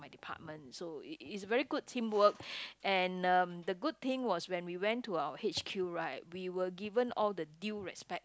department so it it's a very good teamwork and um the good thing was when we went to our h_q right we were given all the due respects